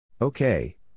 Okay